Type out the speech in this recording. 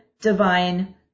divine